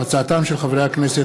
ההצעה עוברת אליך,